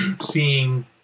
seeing